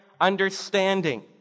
understanding